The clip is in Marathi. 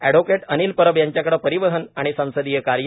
एडव्होकेट अनिल परब यांच्याकडे परिवहन आणि संसदीय कार्य